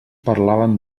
parlaven